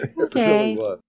Okay